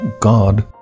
God